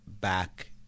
back